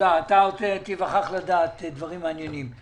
אתה עוד תיווכח לדעת על דברים מעניינים.